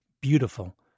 beautiful